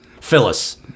Phyllis